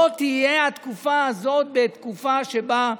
לא תהיה התקופה הזאת תקופה שבה,